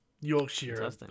Yorkshire